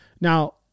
Now